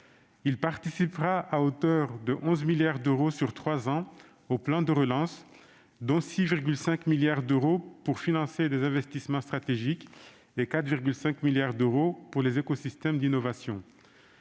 participera à hauteur de 11 milliards d'euros sur trois ans au plan de relance, dont 6,5 milliards d'euros pour financer des investissements stratégiques et 4,5 milliards d'euros pour les écosystèmes d'innovation.